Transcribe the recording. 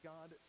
God